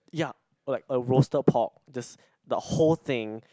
ya oh like a roasted pork just the whole thing